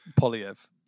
polyev